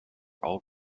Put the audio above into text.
all